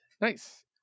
nice